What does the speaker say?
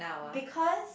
because